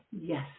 yes